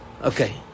Okay